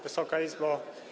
Wysoka Izbo!